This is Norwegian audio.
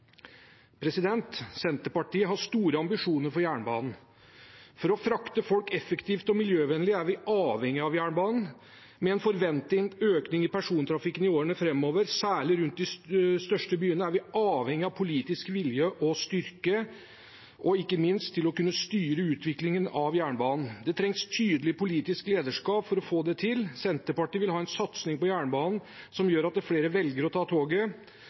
Senterpartiet har store ambisjoner for jernbanen. For å frakte folk effektivt og miljøvennlig er vi avhengig av jernbanen. Med en forventet økning i persontrafikken i årene framover, særlig rundt de største byene, er vi avhengig av politisk vilje og styrke, og ikke minst av å kunne styre utviklingen av jernbanen. Det trengs tydelig politisk lederskap for å få det til. Senterpartiet vil ha en satsing på jernbanen som gjør at flere velger å ta toget.